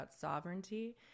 sovereignty